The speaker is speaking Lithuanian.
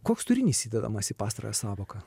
koks turinys įdedamas į pastarąją sąvoką